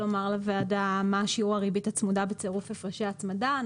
לומר לוועדה מה שיעור הריבית הצמודה בצירוף הפרשי הצמדה?